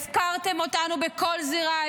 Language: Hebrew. הפקרתם אותנו בכל זירה.